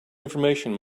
information